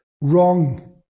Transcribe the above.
Wrong